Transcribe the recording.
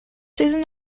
season